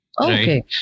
Okay